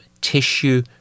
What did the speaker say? tissue